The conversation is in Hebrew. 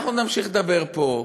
אנחנו נמשיך לדבר פה,